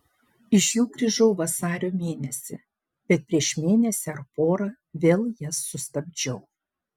iš jų grįžau vasario mėnesį bet prieš mėnesį ar porą vėl jas sustabdžiau